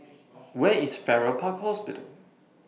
Where IS Farrer Park Hospital